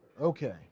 okay